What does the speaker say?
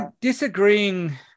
disagreeing